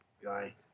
guy